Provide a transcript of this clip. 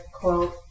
quote